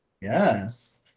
Yes